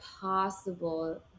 possible